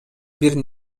бир